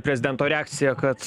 prezidento reakcija kad